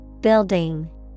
Building